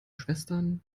schwestern